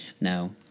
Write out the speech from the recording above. No